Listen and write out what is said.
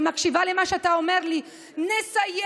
אני מקשיבה למה שאתה אומר לי: נסייר,